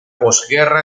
posguerra